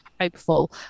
hopeful